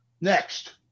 Next